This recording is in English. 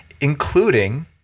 including